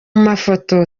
mafoto